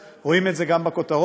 ורואים את זה קצת בכותרות,